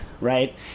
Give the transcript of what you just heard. right